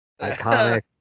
iconic